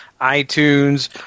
iTunes